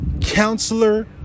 counselor